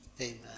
Amen